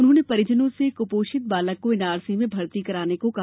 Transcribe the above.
उन्होंने परिजनों से कुपोषित बालक को एनआरसी में भर्ती करानें को कहा